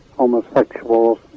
homosexuals